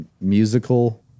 musical